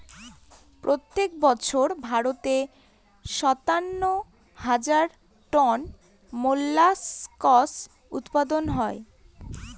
প্রত্যেক বছর ভারতে সাতান্ন হাজার টন মোল্লাসকস উৎপাদন হয়